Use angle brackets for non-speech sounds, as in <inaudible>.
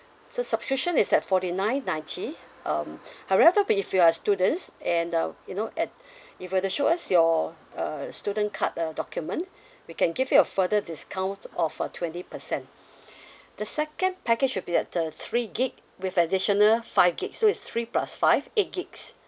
so subscription is at forty nine ninety um however be if you're a students and uh you know at <breath> you have to show us your uh student card uh document we can give you a further discount of a twenty percent <breath> the second package would be at the three gig with additional five gigs so it's three plus five eight gigs